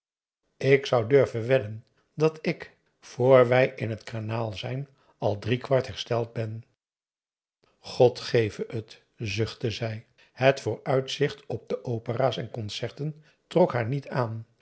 ik zou durven wedden dat ik voor wij in het kanaal zijn al drie kwart hersteld ben god geve het zuchtte zij het vooruitzicht op de opera's en concerten trok haar niet aan